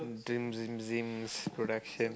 production